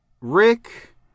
Rick